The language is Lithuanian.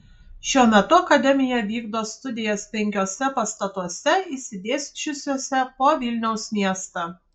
šiuo metu akademija vykdo studijas penkiuose pastatuose išsidėsčiusiuose po vilniaus miestą